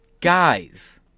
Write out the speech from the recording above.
guys